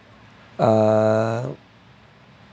uh